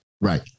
Right